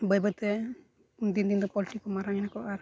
ᱵᱟᱹᱭ ᱵᱟᱹᱭ ᱛᱮ ᱫᱤᱱ ᱫᱤᱱᱛᱮ ᱯᱚᱞᱴᱤ ᱦᱠᱚ ᱢᱟᱨᱟᱝ ᱮᱱᱟᱠᱚ ᱟᱨ